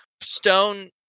Stone